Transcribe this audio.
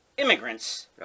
immigrants